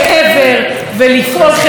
הוא לא רק ללמוד אלא גם לפעול מעבר ולפעול חברתית,